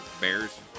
Bears